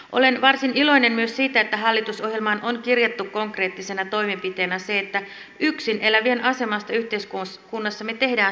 olen varsin iloinen myös siitä että hallitusohjelmaan on kirjattu konkreettisena toimenpiteenä se että yksin elävien asemasta yhteiskunnassamme tehdään selvitys